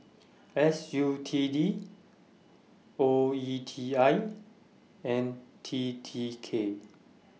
S U T D O E T I and T T K